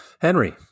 Henry